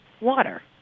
water